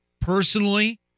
personally